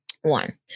one